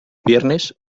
viernes